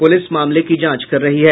police मामले की जांच कर रही है